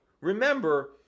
Remember